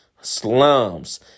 slums